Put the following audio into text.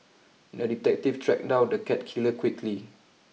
the detective tracked down the cat killer quickly